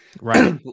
Right